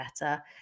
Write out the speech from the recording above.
better